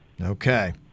okay